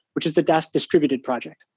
which is the dask distributed project.